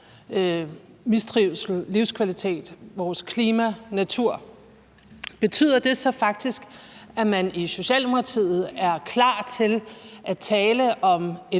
mistrivsel, livskvalitet, vores klima og natur. Betyder det så faktisk, at man i Socialdemokratiet er klar til at tale om